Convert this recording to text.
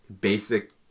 Basic